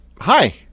Hi